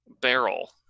barrel